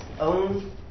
own